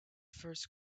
first